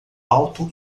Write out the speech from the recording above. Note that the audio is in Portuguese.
alto